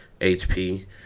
HP